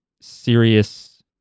serious